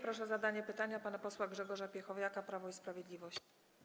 Proszę o zadanie pytania pana posła Grzegorza Piechowiaka, Prawo i Sprawiedliwość.